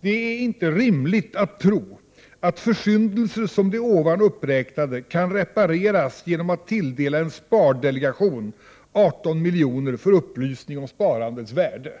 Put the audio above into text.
Det är inte rimligt att tro att försyndelser som de här uppräknade kan repareras genom att tilldela en spardelegation 18 miljoner för upplysning om sparandets värde!